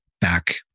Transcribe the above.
back